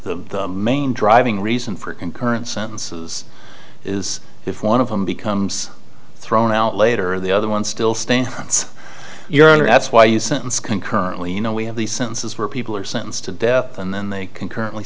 the main driving reason for concurrent sentences is if one of them becomes thrown out later the other one still staying it's your that's why you sentence concurrently you know we have these sentences where people are sentenced to death and then they concurrently